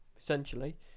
essentially